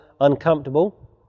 uncomfortable